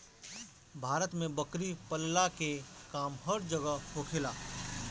भारत में बकरी पलला के काम हर जगही होखेला